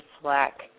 slack